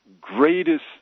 greatest